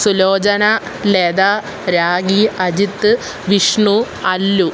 Sulochana Latha Ragi Ajith Vishnu Allu